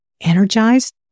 Energized